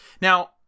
Now –